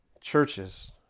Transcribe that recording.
churches